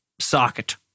socket